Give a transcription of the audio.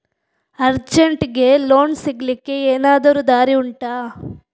ಅರ್ಜೆಂಟ್ಗೆ ಲೋನ್ ಸಿಗ್ಲಿಕ್ಕೆ ಎನಾದರೂ ದಾರಿ ಉಂಟಾ